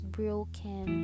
broken